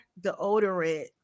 deodorant